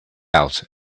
out